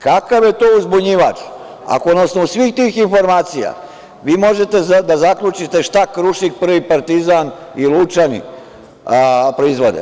Kakav je to uzbunjivač, ako na osnovu svih tih informacija vi možete da zaključite šta „Krušik“, „Prvi partizan“ i „Lučani“ proizvode.